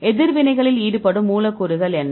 எதிர்வினைகளில் ஈடுபடும் மூலக்கூறுகள் என்ன